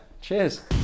Cheers